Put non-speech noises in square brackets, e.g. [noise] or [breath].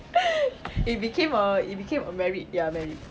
[breath] it became a it became a merit ya merit